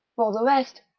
for the rest,